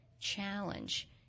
challenge